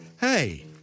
Hey